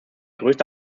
größte